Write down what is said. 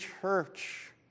church